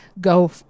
go